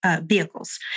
vehicles